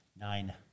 Nine